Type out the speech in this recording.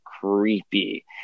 creepy